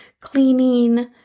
cleaning